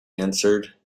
answered